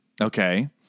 Okay